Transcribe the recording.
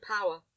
power